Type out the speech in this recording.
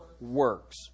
works